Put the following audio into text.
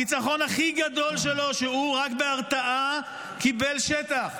הניצחון הכי גדול שלו, שרק בהרתעה הוא קיבל שטח.